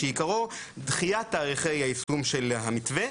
שעיקרו דחיית תאריכי היישום של המתווה,